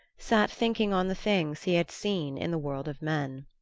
sat thinking on the things he had seen in the world of men.